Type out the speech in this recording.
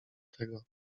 tego